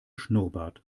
schnurrbart